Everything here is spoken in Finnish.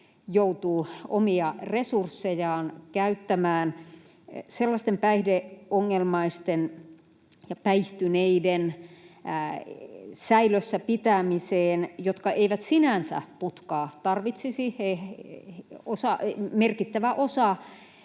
omia resurssejaan sellaisten päihdeongelmaisten ja päihtyneiden säilössä pitämiseen, jotka eivät sinänsä putkaa tarvitsisi. Merkittävä osa